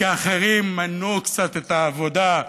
כי אחרים מנעו קצת את העבודה,